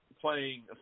playing